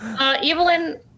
Evelyn